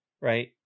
right